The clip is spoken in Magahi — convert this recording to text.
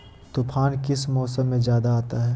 तूफ़ान किस मौसम में ज्यादा आता है?